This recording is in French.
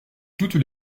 toutes